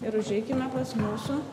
ir užeikime pas mūsų